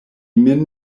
min